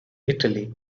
italy